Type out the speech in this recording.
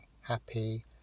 happy